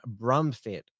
Brumfit